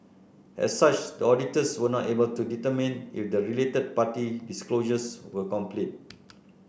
as such the auditors were not able to determine if the related party disclosures were complete